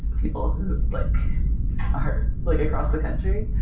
people who like are like across the country.